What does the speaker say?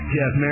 Jeff